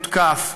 מותקף,